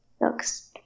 looks